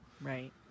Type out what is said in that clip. Right